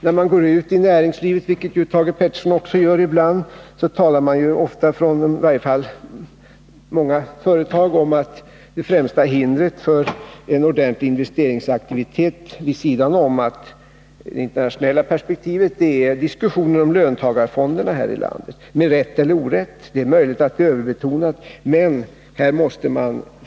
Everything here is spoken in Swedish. När man går ut i näringslivet — vilket också Thage Peterson gör ibland — finner man att det i många företag talas om att det främsta hindret för en ordentlig investeringsaktivitet vid sidan om det internationella perspektivet är diskussionerna om löntagarfonder här i landet — med rätt eller orätt; det är möjligt att de diskussionerna har överbetonats.